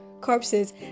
corpses